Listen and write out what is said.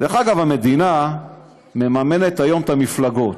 דרך אגב, המדינה מממנת היום את המפלגות.